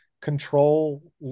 control